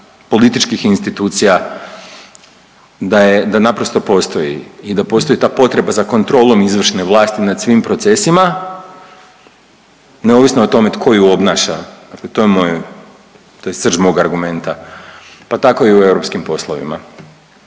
političkih institucija, da je, da naprosto postoji i da postoji ta potreba za kontrolom izvršne vlasti nad svim procesima neovisno o tome tko ju obnaša. Dakle, to je moje, to je srž mog argumenta, pa tako i u europskim poslovima.